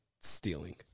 stealing